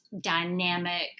dynamic